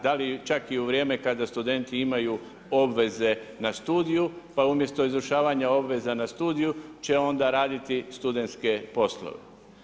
Da li čak i u vrijeme kada studenti imaju obveze na studiju, pa umjesto izvršavanja obveza na studiju, će onda raditi studentske poslove.